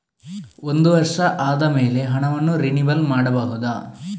ಒಂದು ವರ್ಷ ಆದಮೇಲೆ ಹಣವನ್ನು ರಿನಿವಲ್ ಮಾಡಬಹುದ?